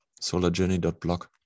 solarjourney.blog